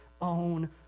own